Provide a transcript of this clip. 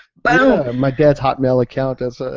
but my dad's hotmail account is, ah